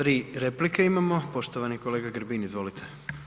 Tri replike imamo, poštovani kolega Grbin, izvolite.